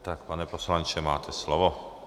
Tak pane poslanče, máte slovo.